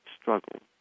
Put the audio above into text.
struggle